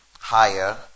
higher